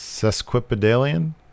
Sesquipedalian